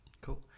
cool